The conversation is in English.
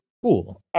Cool